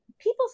People